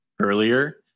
earlier